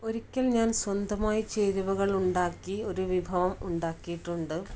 ഒരിക്കൽ ഞാൻ സ്വന്തമായി ചേരുവകൾ ഉണ്ടാക്കി ഒരു വിഭവം ഉണ്ടാക്കിയിട്ടുണ്ട്